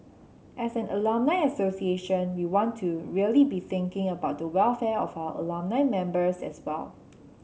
as an alumni association we want to really be thinking about the welfare of our alumni members as well